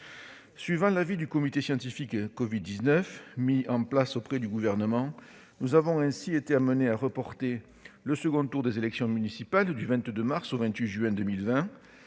Suivant l'avis du comité scientifique covid-19, mis en place auprès du Gouvernement, nous avons ainsi été amenés à reporter le second tour des élections municipales du 22 mars au 28 juin 2020,